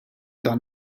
dan